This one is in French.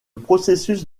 processus